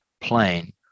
plane